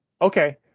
Okay